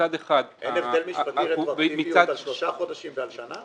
אין הבדל משפטי ברטרואקטיביות על שלושה חודשים ועל שנה?